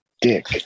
dick